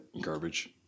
garbage